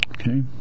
Okay